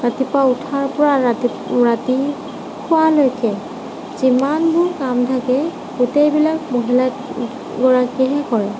ৰাতিপুৱা উঠাৰপৰা ৰাতি শুৱালৈকে যিমানবোৰ কাম থাকে গোটেইবিলাক মহিলাগৰাকীয়েই কৰে